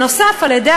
נוסף על כך,